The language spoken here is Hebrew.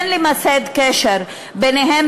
כן למסד קשר ביניהם,